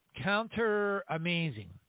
counter-amazing